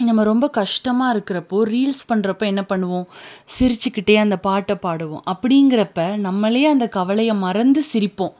நம்ம ரொம்ப கஷ்டமாக இருக்கிறப்போ ரீல்ஸ் பண்ணுறப்போ என்ன பண்ணுவோம் சிரித்து கிட்டே அந்த பாட்டை பாடுவோம் அப்புடிங்கிறப்ப நம்மளே அந்த கவலையை மறந்து சிரிப்போம்